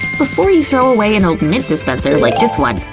before you throw away an old mint dispenser like this one,